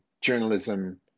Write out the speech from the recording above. journalism